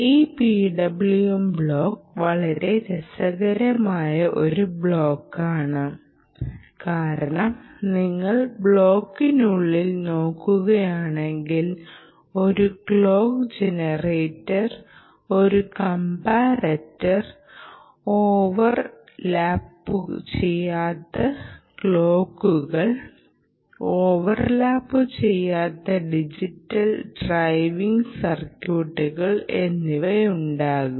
ഈ PWM block വളരെ രസകരമായ ഒരു ബ്ലോക്കാണ് കാരണം നിങ്ങൾ ബ്ലോക്കിനുള്ളിൽ നോക്കുകയാണെങ്കിൽ ഒരു ക്ലോക്ക് ജനറേറ്റർ ഒരു കംപാരാറ്റർ ഓവർലാപ്പുചെയ്യാത്ത ക്ലോക്കുകൾ ഓവർലാപ്പുചെയ്യാത്ത ഡിജിറ്റൽ ഡ്രൈവിംഗ് സർക്യൂട്ടുകൾ എന്നിവ ഉണ്ടാകും